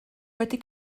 wedi